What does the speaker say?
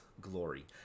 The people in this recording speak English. glory